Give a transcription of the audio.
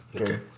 Okay